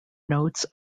notes